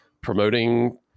promoting